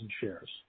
shares